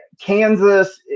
Kansas